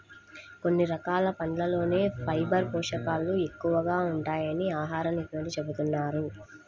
కొన్ని రకాల పండ్లల్లోనే ఫైబర్ పోషకాలు ఎక్కువగా ఉంటాయని ఆహార నిపుణులు చెబుతున్నారు